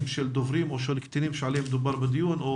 של דוברי או של קטינים עליהם מדובר בדיון או